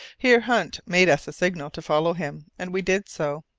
here hunt made us a signal to follow him, and we did so.